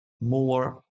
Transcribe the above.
more